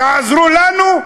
תעזרו לנו,